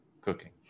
cooking